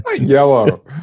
Yellow